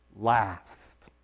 last